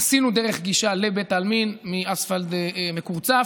עשינו דרך גישה לבית העלמין מאספלט מקורצף,